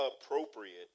appropriate